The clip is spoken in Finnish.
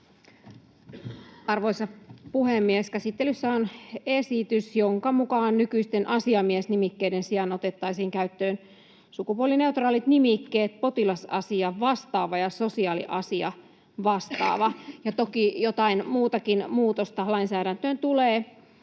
Arvoisa puhemies! Käsittelyssä on esitys, jonka mukaan nykyisten asiamies-nimikkeiden sijaan otettaisiin käyttöön sukupuolineutraalit nimikkeet potilas-asiavastaava ja sosiaaliasiavastaava, ja toki jotain muutakin muutosta lainsäädäntöön tulee,